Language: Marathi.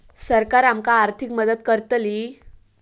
सरकार आमका आर्थिक मदत करतली?